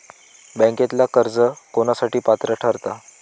बँकेतला कर्ज कोणासाठी पात्र ठरता?